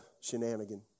shenanigan